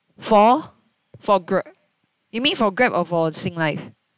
for for gr~ you mean for Grab or for Singlife